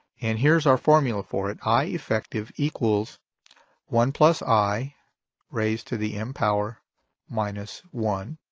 and here's our formula for it i effective equals one plus i raised to the m power minus one.